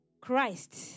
Christ